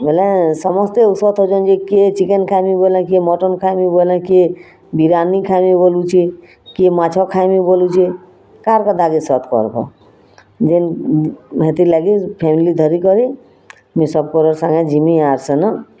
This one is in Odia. ବୋଲେଁ ସମସ୍ତେ ଉସତ୍ ହଉଛନ୍ ଯେ କିଏ ଚିକେନ୍ ଖାଏମି ବୋଲେଁ କିଏ ମଟନ୍ ଖାଏମି ବୋଲେଁ କିଏ ବିରିୟାନୀ ଖାଏମି ବଲୁଛି କିଏ ମାଛ ଖାଏମି ବଲୁଛେ କାହାର୍ କଥାକେ ସତ୍ କରବ ଯେନ୍ ହେତିର୍ ଲାଗି ଫ୍ୟାମିଲି ଧରିକରି ମୁଇଁ ସବକରର୍ ସାଙ୍ଗେ ଯିମି ଆର୍ ସେନ